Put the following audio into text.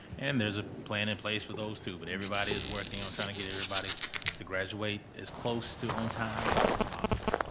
and there's a plan in place for those too, but everybody is working on trying to get everybody to graduate as close to on time as possible.